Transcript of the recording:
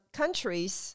countries